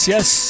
Yes